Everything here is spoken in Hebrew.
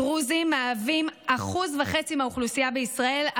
הדרוזים מהווים 1.5% מהאוכלוסייה בישראל,